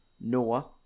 Noah